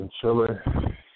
chilling